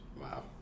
Wow